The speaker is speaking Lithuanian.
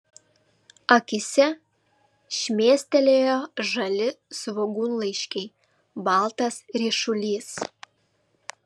akyse šmėstelėjo žali svogūnlaiškiai baltas ryšulys